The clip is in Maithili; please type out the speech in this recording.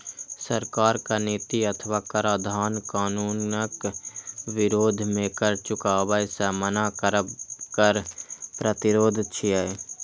सरकारक नीति अथवा कराधान कानूनक विरोध मे कर चुकाबै सं मना करब कर प्रतिरोध छियै